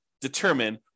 determine